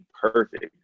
perfect